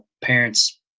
Parents